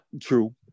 True